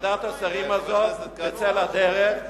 וועדת השרים הזאת תצא לדרך,